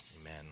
Amen